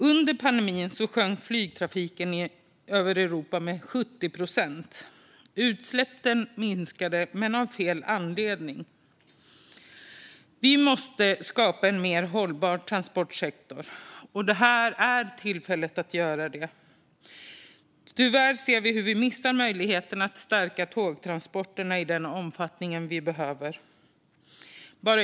Under pandemin sjönk flygtrafiken över Europa med 70 procent. Utsläppen minskade, men av fel anledning. Vi måste skapa en mer hållbar transportsektor. Det här är tillfället att göra det. Tyvärr ser vi hur vi missar möjligheten att stärka tågtransporterna i den omfattning vi behöver.